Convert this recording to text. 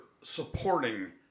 supporting